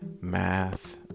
math